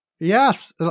Yes